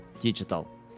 digital